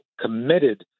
committed